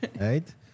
right